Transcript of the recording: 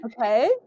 Okay